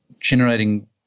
generating